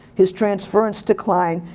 his transference to klein,